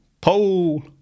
Pole